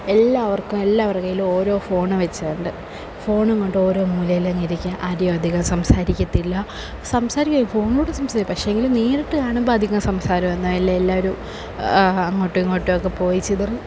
എല്ലാവര്ക്കും എല്ലാവരുടെ കൈയിലും ഓരോ ഫോണ് വെച്ചിട്ടുണ്ട് ഫോണും കൊണ്ടോരോ മൂലയിലങ്ങിരിക്കുക ആരും അധികം സംസാരിക്കത്തില്ല സംസാരിക്കും ഫോണിലൂടെ സംസാരിക്കും പക്ഷേങ്കില് നേരിട്ട് കാണുമ്പോള് അധികം സംസാരമൊന്നുമില്ല എല്ലാവരും അങ്ങോട്ടും ഇങ്ങോട്ടുമൊക്കെ പോയിച്ചിതറി